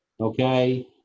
okay